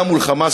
גם מול "חמאס",